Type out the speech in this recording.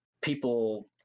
people